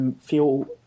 feel